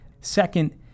Second